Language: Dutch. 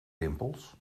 rimpels